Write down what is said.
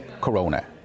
corona